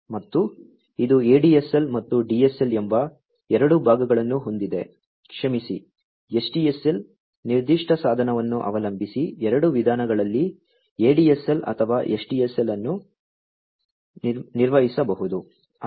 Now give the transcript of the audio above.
ಮತ್ತು ಇದು ADSL ಮತ್ತು DSL ಎಂಬ ಎರಡು ಭಾಗಗಳನ್ನು ಹೊಂದಿದೆ ಕ್ಷಮಿಸಿ SDSL ನಿರ್ದಿಷ್ಟ ಸಾಧನವನ್ನು ಅವಲಂಬಿಸಿ 2 ವಿಧಾನಗಳಲ್ಲಿ ADSL ಅಥವಾ SDSL ಅನ್ನು ನಿರ್ವಹಿಸಬಹುದು ಅದು ಅಲ್ಲಿದೆ